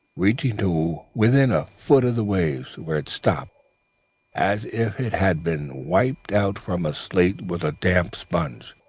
reaching to within a foot of the waves, where it stopped as if it had been wiped out from a slate with a damp sponge.